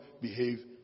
behave